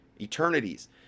eternities